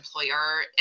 employer